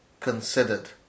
considered